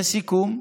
לסיכום,